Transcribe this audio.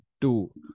two